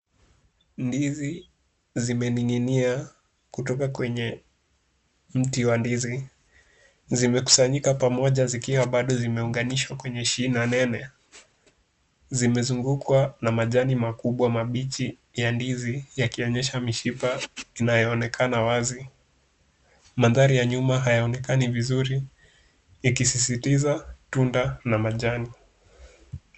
Ndizi zimening'inia kutoka kwenye mti wa ndizi. Zimekusanyika pamoja zikiwa bado zimeunganishwa kwenye shina nene. Zimezungukwa na majani makubwa mabichi ya ndizi yakionyesha mishipa inayoonekana wazi. Mandhari ya nyuma hayaonekani vizuri ikisisitiza tunda na majani.